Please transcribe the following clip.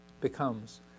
becomes